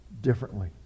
differently